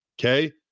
okay